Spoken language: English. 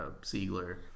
Siegler